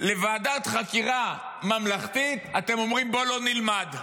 לוועדת חקירה ממלכתית, אתם אומרים: בוא לא נלמד.